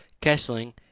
Kessling